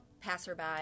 passerby